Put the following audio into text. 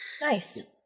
nice